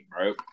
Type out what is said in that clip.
right